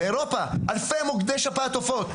באירופה יש אלפי מוקדי שפעת עופות.